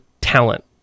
talent